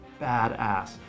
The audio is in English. badass